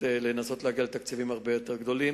לנסות להגיע לתקציבים הרבה יותר גדולים.